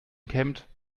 kämmt